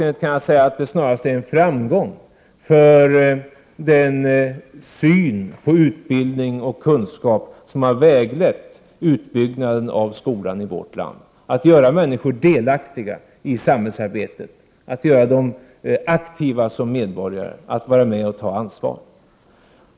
Det är snarast en framgång för den syn på S utbildning och kunskap som har väglett utbyggnaden av skolan i vårt land: att EE människor är delaktiga i samhällsarbetet, att de är aktiva medborgare, att de är med och tar ansvar.